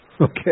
okay